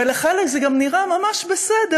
ולחלק זה גם נראה ממש בסדר,